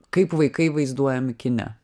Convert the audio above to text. kaip vaikai vaizduojami kine